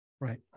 Right